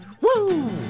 Woo